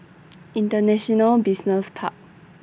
International Business Park